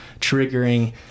triggering